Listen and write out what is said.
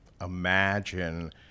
imagine